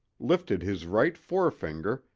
lifted his right forefinger,